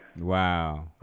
Wow